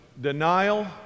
denial